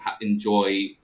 enjoy